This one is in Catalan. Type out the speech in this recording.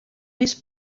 mes